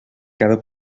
cada